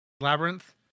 Labyrinth